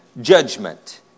Judgment